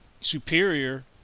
superior